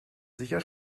sicher